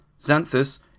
Xanthus